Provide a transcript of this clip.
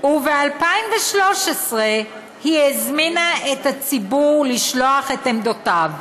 וב-2013 היא הזמינה את הציבור לשלוח את עמדותיו.